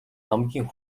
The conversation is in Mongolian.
хамгийн